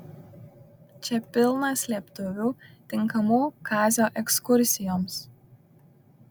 čia pilna slėptuvių tinkamų kazio ekskursijoms